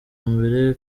mbere